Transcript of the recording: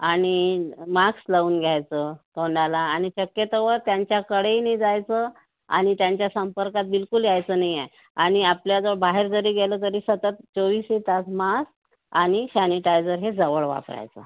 आणि मास्क लावून घ्यायचं तोंडाला आणि शक्यतोवर त्यांच्याकडेही नाही जायचं आणि त्यांच्या संपर्कात बिलकुल यायचं नाही आहे आणि आपल्याजवळ बाहेर जरी गेलं तरी सतत चोवीसही तास मास्क आणि सॅनिटायझर हे जवळ वापरायचं